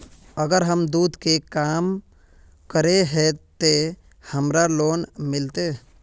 अगर हम दूध के काम करे है ते हमरा लोन मिलते?